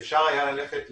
אפשר היה לחשוב,